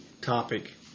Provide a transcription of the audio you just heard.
topic